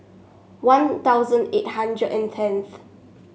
One Thousand eight hundred and tenth